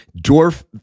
dwarf